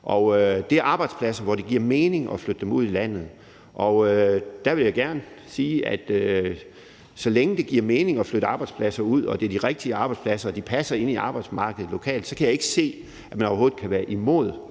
og det er arbejdspladser, hvor det giver mening at flytte dem ud i landet, og der vil jeg gerne sige, at så længe det giver mening at flytte arbejdspladser ud og det er de rigtige arbejdspladser og de passer ind i arbejdsmarkedet lokalt, kan jeg ikke se, at man overhovedet kan være imod